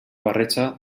barreja